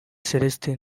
celestin